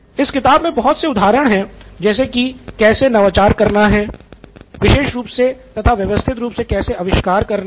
इस किताब मे बहुत से उदाहरण है जैसे कि कैसे नवाचार करना है विशेष रूप से तथा व्यवस्थित रूप से कैसे आविष्कार करना है